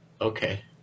Okay